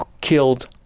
killed